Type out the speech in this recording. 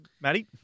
Maddie